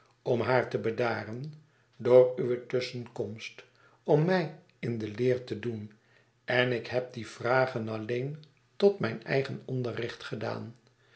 om haar te bedaren door uwe tusschenkomst om mij in de leertedoen en ik heb die vragen alleen tot mijn eigen onderricht gedaan